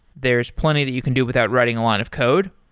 there is plenty that you can do without writing a line of code,